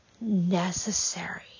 necessary